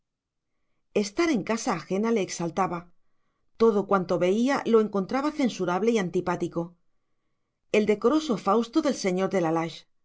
estar en casa ajena le exaltaba todo cuanto veía lo encontraba censurable y antipático el decoroso fausto del señor de la lage